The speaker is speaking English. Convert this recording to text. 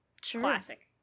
classic